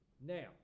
now